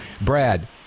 Brad